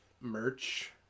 merch